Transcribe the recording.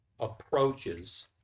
approaches